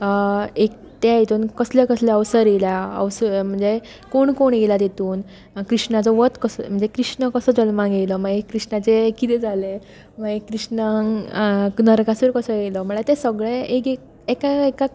ते तातूंत कसले कसले अवसर आयल्या अवस म्हणजे कोण कोण आयल्या तातूंत कृश्णाचो वध कसो म्हणजे कृश्ण कसो जल्मांक आयलो मागीर कृश्णाचें कितें जालें मागीर कृश्णांक नरकासूर कसो आयलो म्हणल्यार ते सगळे एक एक एका एकाक